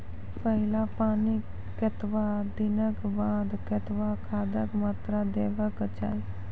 पहिल पानिक कतबा दिनऽक बाद कतबा खादक मात्रा देबाक चाही?